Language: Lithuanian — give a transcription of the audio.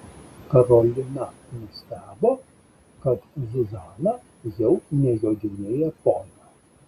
karolina nustebo kad zuzana jau nejodinėja poniu